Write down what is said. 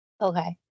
Okay